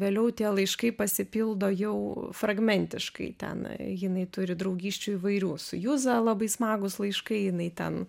vėliau tie laiškai pasipildo jau fragmentiškai ten jinai turi draugysčių įvairių su juza labai smagūs laiškai jinai ten